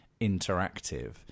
interactive